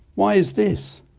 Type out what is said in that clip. why is this?